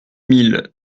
mille